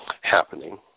happening